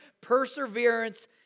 perseverance